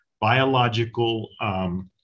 biological